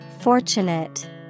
Fortunate